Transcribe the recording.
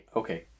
okay